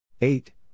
Eight